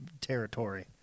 territory